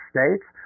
States